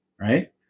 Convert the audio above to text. right